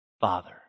Father